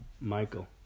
Michael